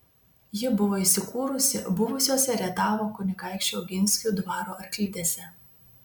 ji buvo įsikūrusi buvusiose rietavo kunigaikščių oginskių dvaro arklidėse